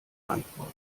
antwort